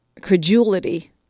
credulity